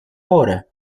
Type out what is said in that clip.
hora